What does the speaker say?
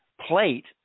plate